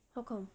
how come